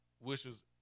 wishes